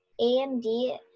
AMD